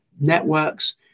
networks